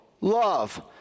love